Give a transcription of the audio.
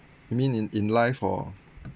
you mean in in life or